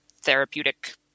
therapeutic